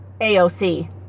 AOC